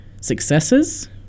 successes